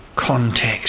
context